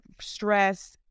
stress